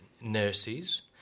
nurses